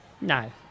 No